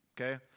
Okay